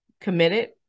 committed